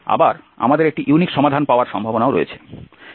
আবার আমাদের একটি ইউনিক সমাধান পাওয়ার সম্ভাবনা রয়েছে